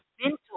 mental